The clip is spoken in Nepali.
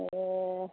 ए